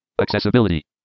Accessibility